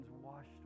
washed